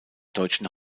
deutschen